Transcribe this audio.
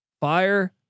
Fire